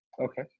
Okay